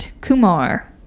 Kumar